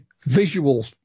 visual